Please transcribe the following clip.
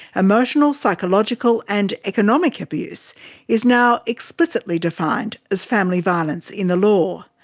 emotional, psychological and economic abuse is now explicitly defined as family violence in the law.